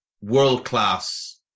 world-class